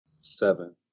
Seven